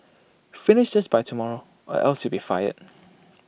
finish this by tomorrow or else you'll be fired